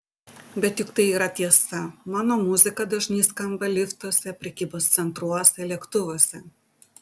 bet juk tai yra tiesa mano muzika dažnai skamba liftuose prekybos centruose lėktuvuose